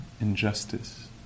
injustice